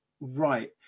right